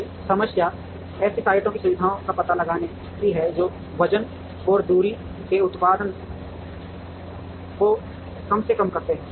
अब समस्या ऐसी साइटों की सुविधाओं का पता लगाने की है जो वजन और दूरी के उत्पाद को कम से कम करते हैं